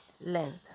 length